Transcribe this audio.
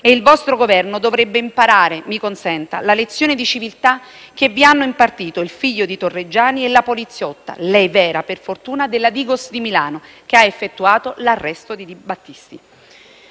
Il vostro Governo dovrebbe imparare - mi consenta - la lezione di civiltà che vi hanno impartito il figlio di Torregiani e la poliziotta - lei vera, per fortuna - della Digos di Milano, che ha effettuato l'arresto di Battisti.